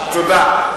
תודה.